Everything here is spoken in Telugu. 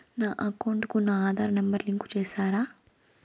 నా అకౌంట్ కు నా ఆధార్ నెంబర్ లింకు చేసారా